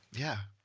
yeah,